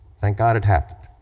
thank god it happened.